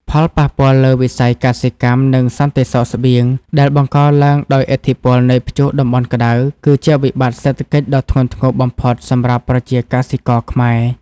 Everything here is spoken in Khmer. ផលប៉ះពាល់លើវិស័យកសិកម្ម និងសន្តិសុខស្បៀង ដែលបង្កឡើងដោយឥទ្ធិពលនៃព្យុះតំបន់ក្ដៅ គឺជាវិបត្តិសេដ្ឋកិច្ចដ៏ធ្ងន់ធ្ងរបំផុតសម្រាប់ប្រជាកសិករខ្មែរ។